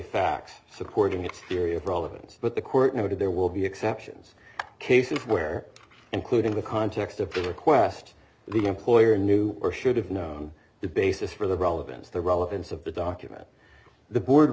facts supporting its theory of relevance but the court noted there will be exceptions cases where including the context of the request the employer knew or should have known the basis for the relevance the relevance of the document the board